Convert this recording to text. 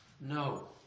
No